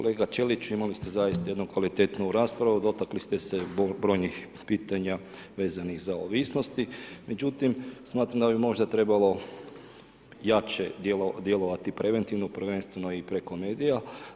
Kolega Ćelić, imali ste zaista jednu kvalitetnu raspravu, dotakli ste se brojnih pitanja vezanih za ovisnosti međutim smatram da bi možda trebalo jače djelovati preventivno prvenstveno i preko medija.